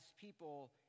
people